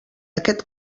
aquest